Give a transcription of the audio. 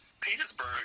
Petersburg